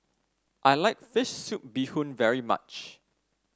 I like fish soup Bee Hoon very much